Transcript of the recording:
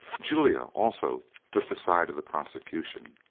julia also took the side of the prosecution.